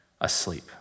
asleep